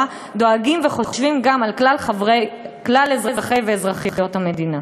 דואגים וחושבים גם על כלל אזרחי ואזרחיות המדינה.